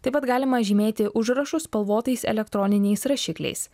taip pat galima žymėti užrašus spalvotais elektroniniais rašikliais